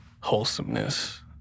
wholesomeness